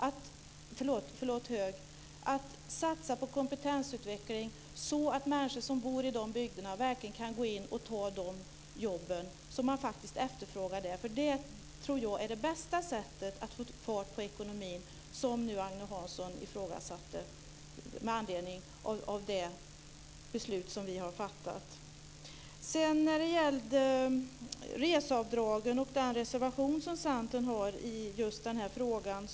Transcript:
Vi måste satsa på kompetensutveckling så att människor som bor i de bygderna verkligen kan gå in och ta de jobb som finns där. Jag tror att det är det bästa sättet att få fart på ekonomin. Agne Hansson ifrågasatte ju det beslut som vi har fattat. Centern har en reservation om reseavdragen.